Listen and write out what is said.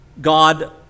God